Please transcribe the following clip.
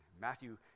Matthew